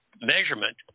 measurement